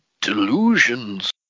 delusions